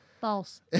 False